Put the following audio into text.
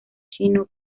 chino